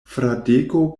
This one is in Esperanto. fradeko